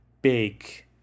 big